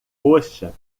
roxa